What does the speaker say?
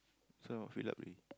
so fill up already